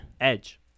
Edge